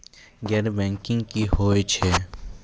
गैर बैंकिंग की होय छै?